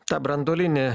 ta branduolinį